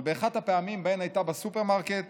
אבל באחת הפעמים שבהן הייתה בסופרמרקט